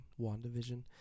WandaVision